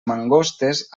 mangostes